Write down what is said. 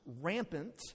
rampant